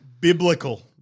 Biblical